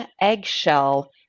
eggshell